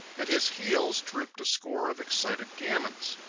at his heels trooped a score of excited gamins.